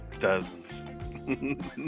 Dozens